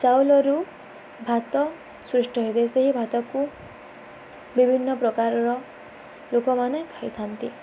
ଚାଉଳରୁ ଭାତ ସୃଷ୍ଟି ହେଇଥାଏ ସେହି ଭାତକୁ ବିଭିନ୍ନ ପ୍ରକାରର ଲୋକମାନେ ଖାଇଥାନ୍ତି